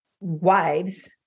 wives